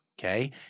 okay